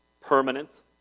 permanent